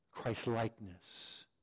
Christ-likeness